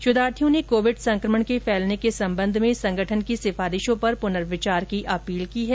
शोधार्थियों ने कोविड संक्रमण के फैलने के सम्बंध में संगठन की सिफारिशों पर पुनर्विचार की अपील की है